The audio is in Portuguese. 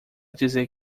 dizer